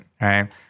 right